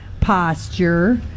posture